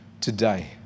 today